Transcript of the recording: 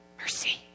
mercy